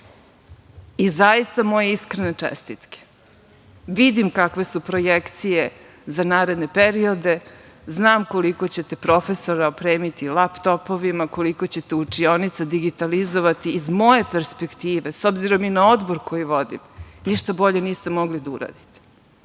Zaista, moje iskrene čestitke. Vidim kakve su projekcije za naredne periode, znam koliko ćete profesora opremiti laptopovima, koliko ćete učionica digitalizovati, iz moje perspektive, s obzirom i na Odbor koji vodim, ništa bolje niste mogli da uradite.